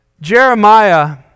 Jeremiah